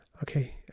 Okay